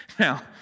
Now